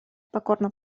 покорно